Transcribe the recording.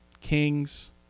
kings